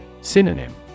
Synonym